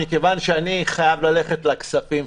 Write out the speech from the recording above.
מכיוון שאני חייב ללכת לוועדת כספים,